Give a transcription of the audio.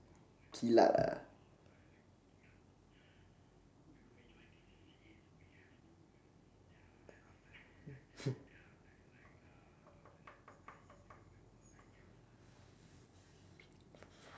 kilat ah